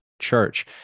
church